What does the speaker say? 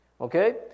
Okay